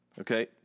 okay